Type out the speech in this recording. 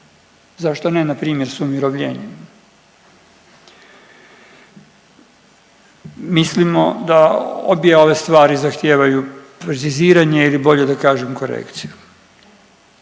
Zašto ne na primjer sa umirovljenjem. Mislimo da obje ove stvari zahtijevaju preciziranje ili bolje da kažem korekciju.